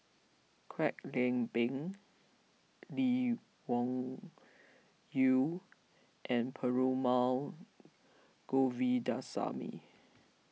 Kwek Leng Beng Lee Wung Yew and Perumal Govindaswamy